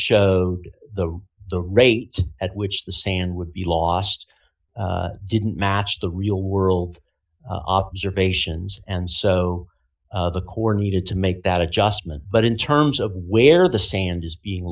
show the rate at which the sand would be lost didn't match the real world observations and so the corps needed to make that adjustment but in terms of where the sand is being